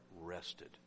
rested